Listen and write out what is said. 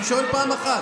אני שואל פעם אחת.